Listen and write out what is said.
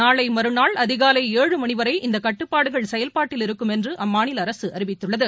நாளைமறுநாள் அதினலை ஏழு மணிவரை இந்தகட்டுப்பாடுகள் செயல்பாட்டில் இருக்கும் என்றுஅம்மாநிலஅரசுஅறிவித்துள்ளது